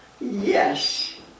Yes